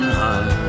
high